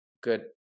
good